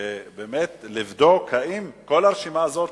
באמת לבדוק אם כל הרשימה הזאת,